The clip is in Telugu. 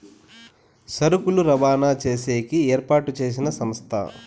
సరుకులు రవాణా చేసేకి ఏర్పాటు చేసిన సంస్థ